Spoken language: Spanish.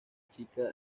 chica